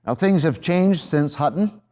ah things have changed since hutton.